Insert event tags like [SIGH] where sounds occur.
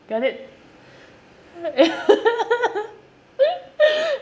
got it [LAUGHS]